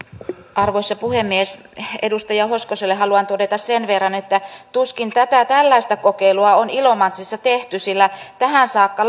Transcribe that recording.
arvoisa puhemies edustaja hoskoselle haluan todeta sen verran että tuskin tällaista kokeilua on ilomantsissa tehty sillä tähän saakka